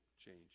change